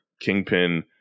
Kingpin